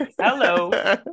hello